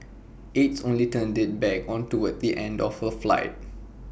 aides only turned IT back on toward the end of the flight